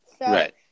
Right